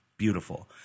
Beautiful